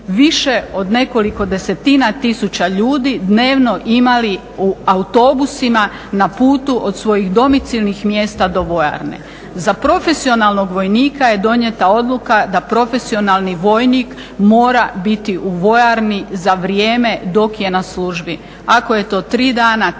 više od nekoliko desetina tisuća ljudi dnevno imali u autobusima na putu od svojih domicilnih mjesta do vojarne. Za profesionalnog vojnika je donijeta odluka da profesionalni vojnik mora biti u vojarni za vrijeme dok je na službi. Ako je to 3 dana, 3 dana,